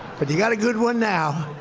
but they got a good one now.